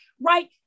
right